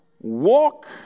walk